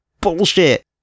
bullshit